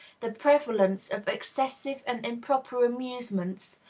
the prevalence of excessive and improper amusements,